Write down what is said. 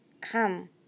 Come